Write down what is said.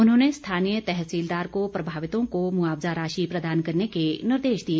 उन्होंने स्थानीय तहसीलदार को प्रभावितों को मुआवजा राशि प्रदान करने के निर्देश दिए